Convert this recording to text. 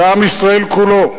לעם ישראל כולו,